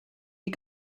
die